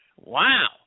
Wow